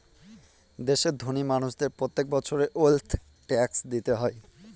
দেশের ধোনি মানুষদের প্রত্যেক বছর ওয়েলথ ট্যাক্স দিতে হয়